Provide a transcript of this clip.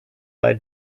bei